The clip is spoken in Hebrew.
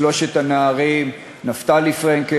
לא נעימים למצלמה,